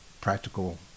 practical